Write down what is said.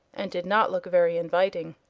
and did not look very inviting.